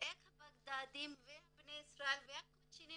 איך הבגדדים ובני ישראל והקוצ'ינים